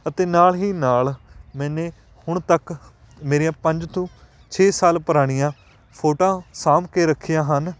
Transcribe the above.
ਅਤੇ ਨਾਲ ਹੀ ਨਾਲ ਮੈਨੇ ਹੁਣ ਤੱਕ ਮੇਰੀਆਂ ਪੰਜ ਤੋਂ ਛੇ ਸਾਲ ਪੁਰਾਣੀਆਂ ਫ਼ੋਟੋਆਂ ਸਾਂਭ ਕੇ ਰੱਖੀਆਂ ਹਨ